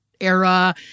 era